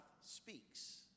speaks